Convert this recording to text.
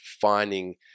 finding